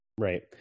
Right